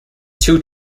two